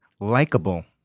likable